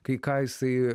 kai ką jisai